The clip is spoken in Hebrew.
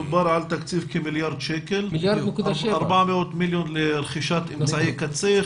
דובר על תקציב של כמיליארד שקל: 400 מיליון לרכישת אמצעי קצה,